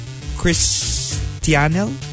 Christianel